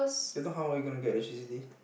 if not how are we gonna get electricity